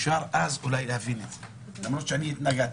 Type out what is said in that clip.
אפשר אז אולי להבין את זה למרות שאני התנגדתי,